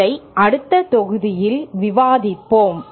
இதை அடுத்த தொகுதியில் விவாதிப்போம்